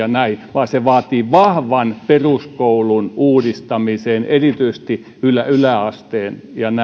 vaan se vaatii vahvan peruskoulun uudistamisen erityisesti yläasteen